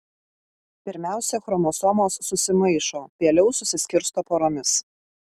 pirmiausia chromosomos susimaišo vėliau susiskirsto poromis